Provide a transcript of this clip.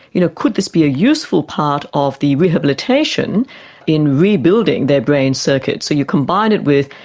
you know, could this be a useful part of the rehabilitation in rebuilding their brain circuits. so you combine it with,